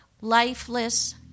lifeless